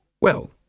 Well